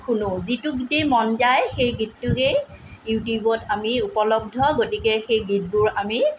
শুনো যিটো গীতেই মন যায় সেই গীতটোকেই ইউটিউবত আমি উপলব্ধ গতিকে সেই গীতবোৰ আমি